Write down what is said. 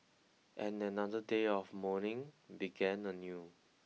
and another day of morning began anew